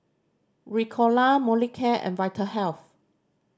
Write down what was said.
Ricola Molicare and Vitahealth